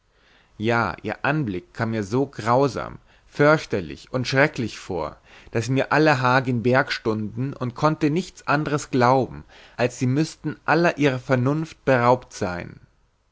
ja ihr anblick kam mir so grausam förchterlich und schröcklich vor daß mir alle haar gen berg stunden und konnte nichts anders glauben als sie müßten aller ihrer vernunft beraubt sein